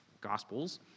gospels